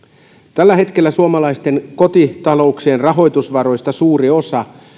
tällä hetkellä suomalaisten kotitalouksien rahoitusvaroista suuri osa